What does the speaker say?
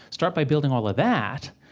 start by building all of that,